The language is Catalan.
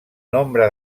nombre